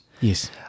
yes